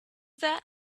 that